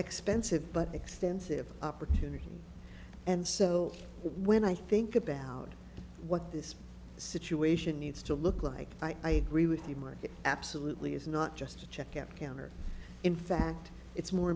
expensive but extensive opportunity and so when i think about what this situation needs to look like i agree with you mark it absolutely is not just a checkout counter in fact it's more